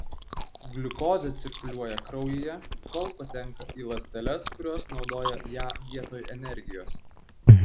gliukozė cirkuliuoja kraujyje kol patenka į ląsteles kurios naudoja ją vietoj energijos